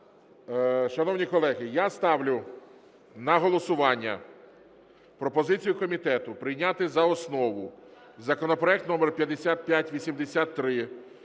Шановні колеги, я ставлю на голосування пропозицію комітету прийняти за основу законопроект № 5583,